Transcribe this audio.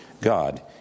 God